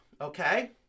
okay